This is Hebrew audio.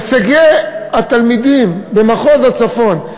הישגי התלמידים במחוז הצפון,